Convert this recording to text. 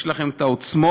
יש לכם העוצמות.